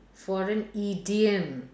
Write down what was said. for an idiom